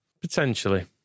Potentially